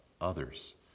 others